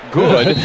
good